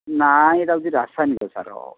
ନାଇଁ ଏଇଟା ହେଉଛି ରାସାୟନିକ ସାର